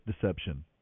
deception